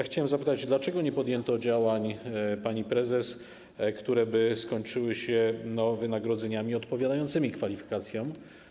Chciałem zapytać: Dlaczego nie podjęto działań, pani prezes, które skończyłyby się wynagrodzeniami odpowiadającymi kwalifikacjom?